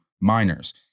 miners